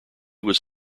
was